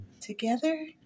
Together